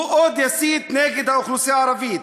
הוא עוד יסית נגד האוכלוסייה הערבית.